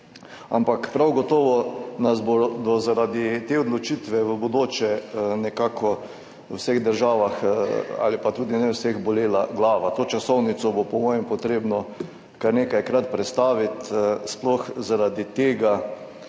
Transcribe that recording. ampak prav gotovo nas bo zaradi te odločitve v bodoče nekako v vseh državah, ali pa tudi ne v vseh, bolela glava. To časovnico bo po mojem treba kar nekajkrat prestaviti, sploh zaradi tega,